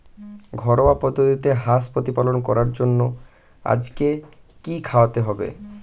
ঘরোয়া পদ্ধতিতে হাঁস প্রতিপালন করার জন্য আজকে কি খাওয়াতে হবে?